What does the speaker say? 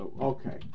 okay